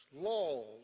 laws